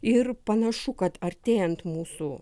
ir panašu kad artėjant mūsų